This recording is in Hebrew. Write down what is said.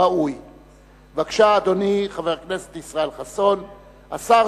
רבותי חברי הכנסת,